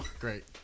great